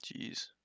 Jeez